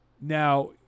Now